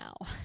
now